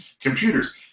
computers